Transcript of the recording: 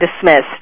dismissed